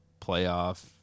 playoff